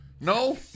No